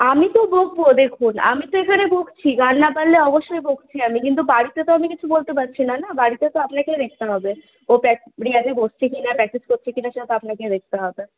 আমি তো বকব দেখুন আমি তো এখানে বকছি গান না পারলে অবশ্যই বকছি আমি কিন্তু বাড়িতে তো আমি কিছু বলতে পারছি না না বাড়িতে তো আপনাকে দেখতে হবে ও রেওয়াজে বসছে কি না প্র্যাকটিস করছে কি না সেটা তো আপনাকে দেখতে হবে